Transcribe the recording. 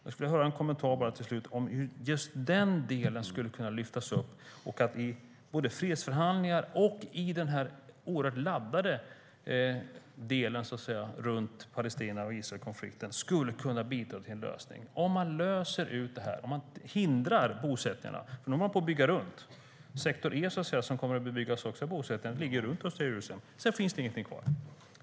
Jag skulle vilja höra en kommentar om hur just denna del skulle kunna lyftas upp i både fredsförhandlingar och i denna oerhört laddade del runt Palestina-Israel-konflikten och kunna bidra till en lösning. Kan man lösa ut detta och hindra bosättningarna? Nu håller man på att bygga runt. Sektor E1, som kommer att bebyggas av bosättningar, ligger runt östra Jerusalem. Sedan finns det ingenting kvar.